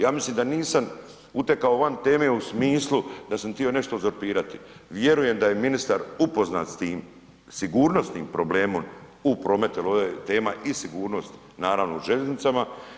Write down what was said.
Ja mislim da nisam utekao van teme u smislu da sam htio nešto uzurpirati, vjerujem da je ministar upoznat s tim sigurnosnim problemom u prometu jer ovdje je sigurnost naravno o željeznicama.